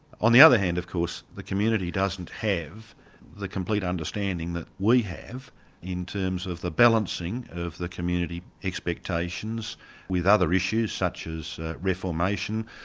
on the other hand of course, the community doesn't have the complete understanding that we have in terms of the balancing of the community expectations with other issues such as reformation,